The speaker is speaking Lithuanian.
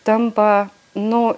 tampa nu